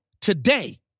today